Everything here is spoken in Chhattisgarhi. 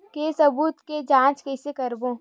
के सबूत के जांच कइसे करबो?